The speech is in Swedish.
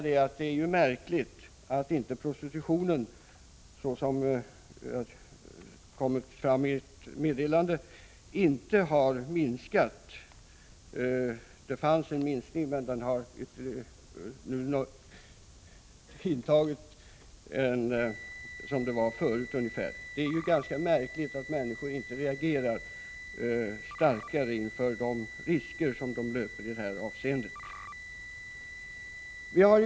Det är märkligt att prostitutionen, vilket har kommit fram i ett meddelande, inte har minskat. Det fanns en minskning, men omfattningen har tilltagit och är nu ungefär som före den noterade minskningen. Det är ganska märkligt att människor inte reagerar starkare inför de risker som de löper i detta sammanhang.